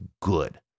good